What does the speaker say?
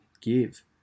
give